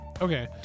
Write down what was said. Okay